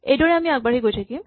এইদৰে আমি আগবাঢ়ি গৈ থাকিম